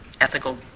ethical